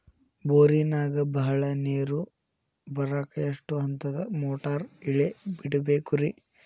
ಬೋರಿನಾಗ ಬಹಳ ನೇರು ಬರಾಕ ಎಷ್ಟು ಹಂತದ ಮೋಟಾರ್ ಇಳೆ ಬಿಡಬೇಕು ರಿ?